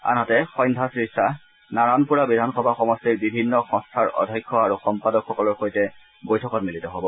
আনহাতে সন্ধ্যা শ্ৰীয়াহ নাৰানপুৰা বিধানসভা সমষ্টিৰ বিভিন্ন সংস্থাৰ অধ্যক্ষ আৰু সম্পাদকসকলৰ সৈতে বৈঠকত মিলিত হ'ব